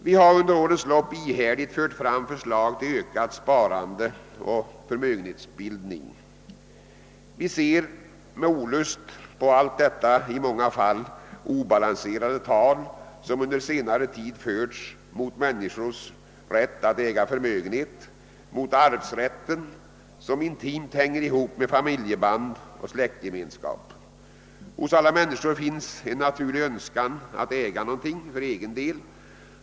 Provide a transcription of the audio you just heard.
Vi har under årens lopp ihärdigt fört fram förslag till ökat sparande och förmögenhetsbildning. Vi ser med olust på allt detta i många fall obalanserade tal som under senare tid förts mot människors rätt att äga förmögenhet och mot arvsrätten, som intimt hänger ihop med familjeband och släktgemenskap. Hos alla människor finns en naturlig önskan att äga något för egen del.